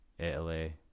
Italy